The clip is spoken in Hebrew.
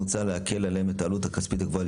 מוצע להקל עליהם את העלות הכספית הגבוהה,